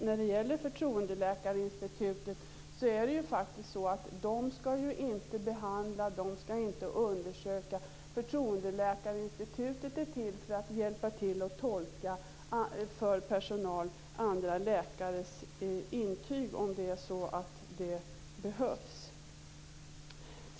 När det gäller förtroendeläkarinstitutet, Ulla Hoffmann, är det ju faktiskt så att förtroendeläkarna inte skall behandla, inte skall undersöka. Förtroendeläkarinstitutet är till för att hjälpa till med att tolka andra läkares intyg för personalen om det behövs.